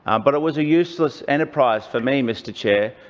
um but it was a useless enterprise for me, mr chair,